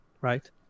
Right